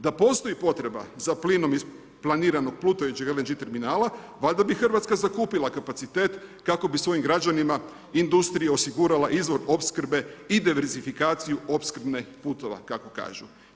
Da postoji potreba za plinom iz planiranog plutajućeg LNG terminala valjda bi Hrvatska zakupila kapacitet kako bi svojim građanima industriji osigurala izvor opskrbe i diversifikaciju opskrbnih putova kako kažu.